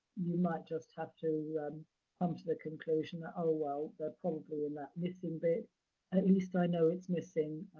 you might just have to come to the conclusion that, oh, well, they're probably in that missing bit and at least i know it's missing.